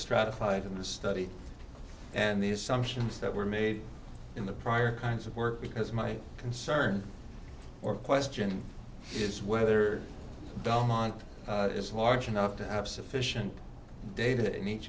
stratified in the study and the assumptions that were made in the prior kinds of work because my concern or question is whether belmont is large enough to have sufficient data in each